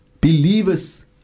believers